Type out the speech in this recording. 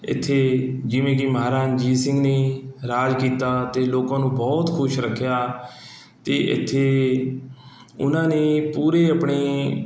ਇੱਥੇ ਜਿਵੇਂ ਕਿ ਮਹਾਰਾਜਾ ਰਣਜੀਤ ਸਿੰਘ ਨੇ ਰਾਜ ਕੀਤਾ ਅਤੇ ਲੋਕਾਂ ਨੂੰ ਬਹੁਤ ਖੁਸ਼ ਰੱਖਿਆ ਅਤੇ ਇੱਥੇ ਉਹਨਾਂ ਨੇ ਪੂਰੇ ਆਪਣੇ